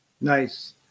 Nice